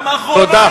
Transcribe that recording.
גם האחרונה, תודה.